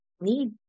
need